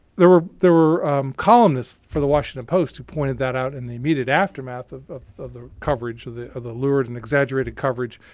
there were there were columnists for the washington post who pointed that out in the immediate aftermath of of the coverage of the lurid and exaggerated coverage.